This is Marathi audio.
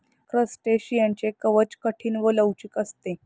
क्रस्टेशियनचे कवच कठीण व लवचिक असते